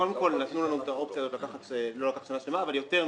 נתנו לנו את האופציה הזאת לא לקחת שנה שלמה אבל יותר מזה.